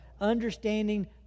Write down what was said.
Understanding